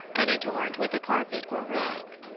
unadorned with carpet or rug.